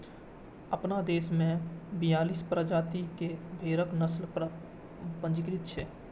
अपना देश मे बियालीस प्रजाति के भेड़क नस्ल पंजीकृत छै